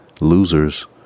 losers